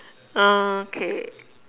okay